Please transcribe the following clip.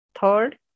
Third